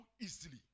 easily